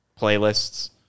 Playlists